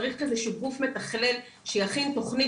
צריך איזה שהוא גוף מתכלל, שיכין תכנית.